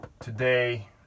today